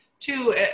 Two